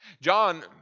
John